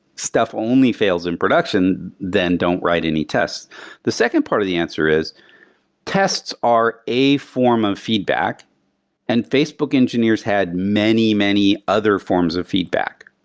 stuff only fails in production, then don't write any tests the second part of the answer is tests are a form of feedback and facebook engineers had many, many other forms of feedback.